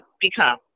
become